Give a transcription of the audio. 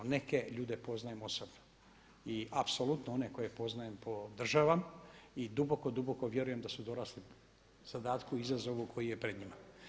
Neke ljude poznajem osobno i apsolutno one koje poznajem podržavam i duboko, duboko vjerujem da su dorasli zadatku i izazovu koji je pred njima.